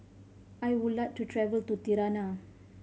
I would like to travel to Tirana